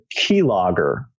keylogger